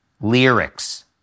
lyrics